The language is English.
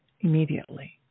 immediately